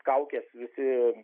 kaukės visi